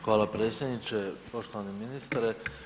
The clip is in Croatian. Hvala predsjedniče, poštovani ministre.